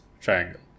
Triangle